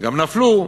גם נפלו,